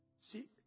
See